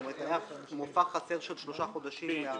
כלומר, היה מופע חסר של שלושה חודשים.